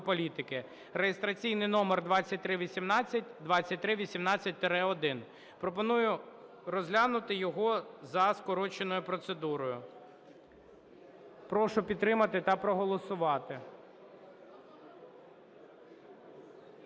(реєстраційний номер 2318, 2318-1). Пропоную розглянути його за скороченою процедурою. Прошу підтримати та проголосувати.